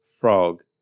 Frog